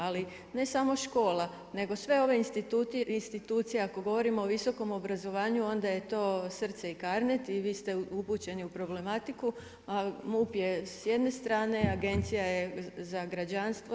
Ali, ne samo škola, nego sve ove institucije, ako govorimo o visokom obrazovanju, onda je to srce i Carnet, i vi ste upućeni u problematiku, a MUP je s jedne strne, a agencija je za građanstvo.